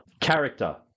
Character